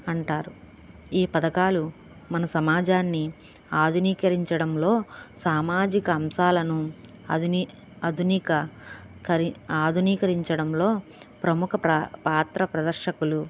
అంటారు ఈ పథకాలు మన సమాజాన్ని ఆధునీకరించడంలో సామాజిక అంశాలను అధుని అధునిక కరి ఆధునీకరించడంలో ప్రముఖ ప్రా పాత్ర ప్రదర్శకులు